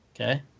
Okay